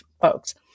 folks